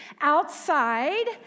outside